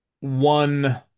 one